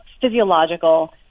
physiological